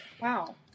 Wow